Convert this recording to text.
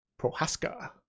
Prohaska